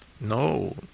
No